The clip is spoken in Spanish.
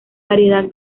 variedad